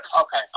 Okay